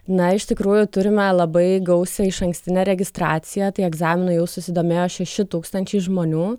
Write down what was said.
na iš tikrųjų turime labai gausią išankstinę registraciją tai egzaminu jau susidomėjo šeši tūkstančiai žmonių